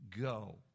Go